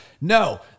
No